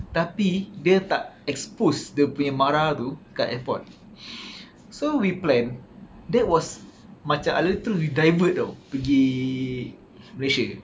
tapi dia tak expose dia punya marah tu kat airport so we plan that was macam I literally divert [tau] pergi malaysia